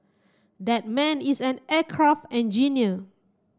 that man is an aircraft engineer